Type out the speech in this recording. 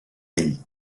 ell